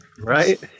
right